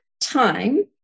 time